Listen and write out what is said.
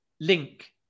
link